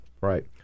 Right